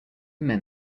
men